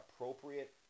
appropriate